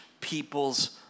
people's